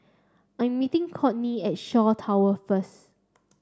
I'm meeting Courtney at Shaw Towers first